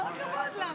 כל הכבוד לה.